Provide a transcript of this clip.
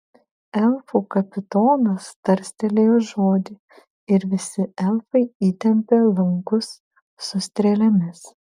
elfų kapitonas tarstelėjo žodį ir visi elfai įtempė lankus su strėlėmis